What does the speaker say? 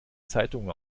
zeitung